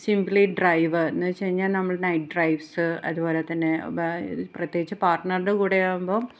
simply drive എന്നുവെച്ചുകഴിഞ്ഞാൽ നമ്മൾ night drives അതുപോലെ തന്നെ ബ പ്രത്യേകിച്ച് പാർട്ട്നറുടെ കൂടെ ആവുമ്പോൾ